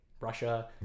Russia